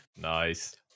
nice